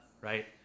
right